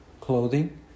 clothing